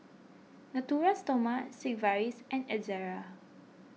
Natura Stoma Sigvaris and Ezerra